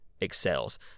excels